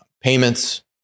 payments